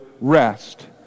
rest